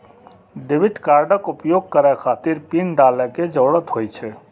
debit कार्डक उपयोग करै खातिर पिन डालै के जरूरत होइ छै